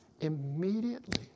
immediately